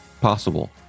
possible